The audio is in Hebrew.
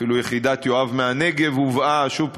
אפילו יחידת "יואב" מהנגב הובאה שוב,